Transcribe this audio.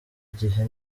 igihe